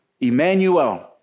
Emmanuel